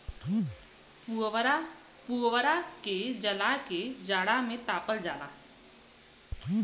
पुवरा के जला के जाड़ा में तापल जाला